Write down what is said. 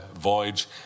voyage